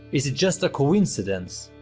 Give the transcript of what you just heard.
is it just a coincidence?